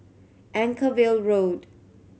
Anchorvale Road